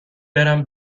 برم